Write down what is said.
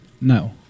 no